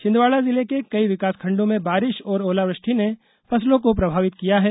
छिंदवाड़ा जिले के कई विकासखण्डों में बारिश और ओलावुष्टि ने फसलों को प्रभावित किया है